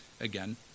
Again